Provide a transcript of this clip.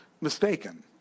mistaken